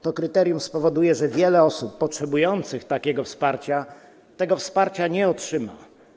To kryterium spowoduje, że wiele osób potrzebujących takiego wsparcia tego wsparcia nie otrzyma.